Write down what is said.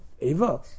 Eva